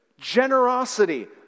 generosity